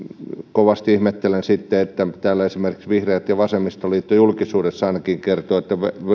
kovasti ihmettelen sitten että täällä esimerkiksi vihreät ja vasemmistoliitto julkisuudessa ainakin kertovat että